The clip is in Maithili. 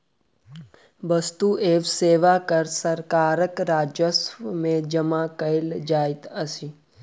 वस्तु एवं सेवा कर सरकारक राजस्व में जमा कयल जाइत अछि